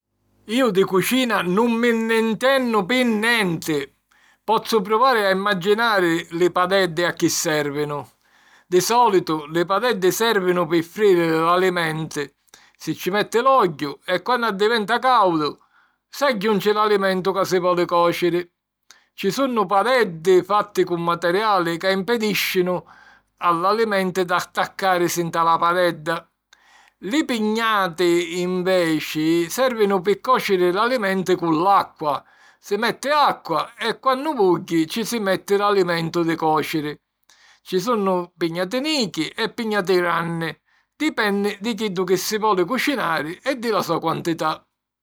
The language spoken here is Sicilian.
Iu di cucina nun mi nn'intennu pi nenti. Pozzu pruvari a imaginari li padeddi a chi sèrvinu. Di sòlitu, li padeddi sèrvinu pi frijiri l'alimenti. Si ci metti l'ogghiu e, quannu addiventa càudu, s'agghiunci l'alimentu ca si voli còciri. Ci sunnu padeddi fatti cu materiali ca impedìscinu a l'alimenti d'attaccàrisi nta la padedda. Li pignati, inveci, sèrvinu pi còciri l'alimenti cu l'acqua. Si metti acqua e, quannu vugghi, si ci metti l'alimentu di còciri. Ci sunnu pignati nichi e pignati granni, dipenni di chiddu chi si voli cucinari e di la so quantità.